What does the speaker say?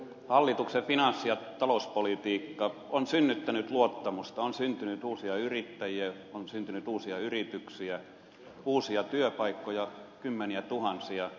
hallituksen finanssi ja talouspolitiikka on synnyttänyt luottamusta on syntynyt uusia yrittäjiä on syntynyt uusia yrityksiä uusia työpaikkoja kymmeniätuhansia